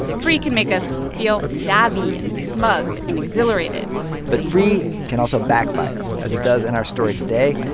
free can make us feel savvy and smug and exhilarated but free can also backfire, as it does in our story today.